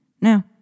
Now